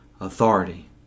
authority